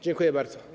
Dziękuję bardzo.